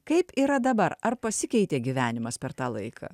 kaip yra dabar ar pasikeitė gyvenimas per tą laiką